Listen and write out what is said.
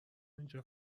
اینجا